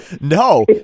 No